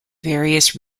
various